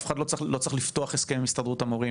לא צריך לפתוח הסכם עם הסתדרות המורים,